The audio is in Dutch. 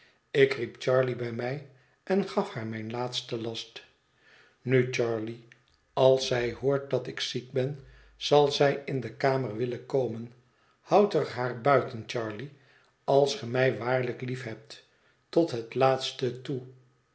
ik riep charley bij mij en gaf haar mijn laatsten last nu charley als zij hoort dat ik ziek ben zal zij in de kamer willen komen houd er haar buiten charley als ge mij waarlijk lief hebt tot het laatste toe